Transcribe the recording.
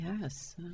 Yes